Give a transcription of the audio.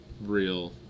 real